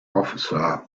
officer